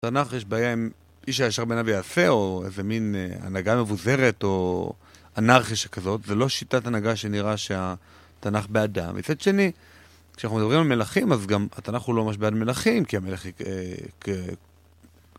בתנ"ך יש בעיה עם איש הישר בעיניו יעשה, או איזה מין הנהגה מבוזרת, או אנרכיה שכזאת. זה לא שיטת הנהגה שנראה שהתנ"ך בעדה. מצד שני, כשאנחנו מדברים על מלכים, אז גם התנ"ך הוא לא ממש בעד מלכים, כי המלך כ...